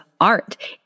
art